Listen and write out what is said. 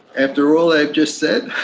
after all i've just said?